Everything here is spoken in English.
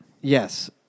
Yes